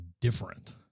different